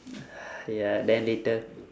ya then later